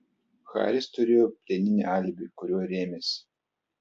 haris turėjo plieninį alibi kuriuo rėmėsi